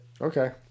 Okay